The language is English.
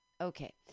Okay